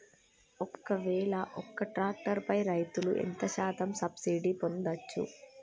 ఒక్కవేల ఒక్క ట్రాక్టర్ పై రైతులు ఎంత శాతం సబ్సిడీ పొందచ్చు?